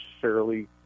fairly